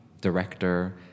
director